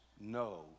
no